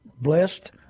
blessed